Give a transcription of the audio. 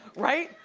right?